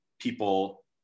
people